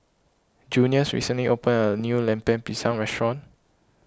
Junius recently opened a new Lemper Pisang Restaurant